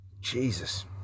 Jesus